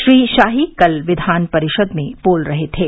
श्री शाही कल विधान परिषद में बोल रहे थे